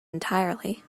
entirely